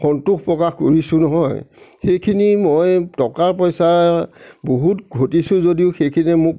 সন্তোষ প্ৰকাশ কৰিছোঁ নহয় সেইখিনি মই টকা পইচা বহুত ঘটিছো যদিও সেইখিনিয়ে মোক